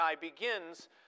begins